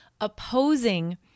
opposing